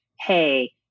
hey